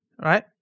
Right